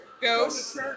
Ghost